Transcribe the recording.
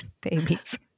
Babies